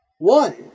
One